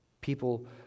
People